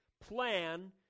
plan